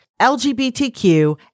LGBTQ